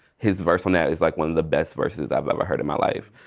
his verse on that is like one of the best verses i've ever heard in my life.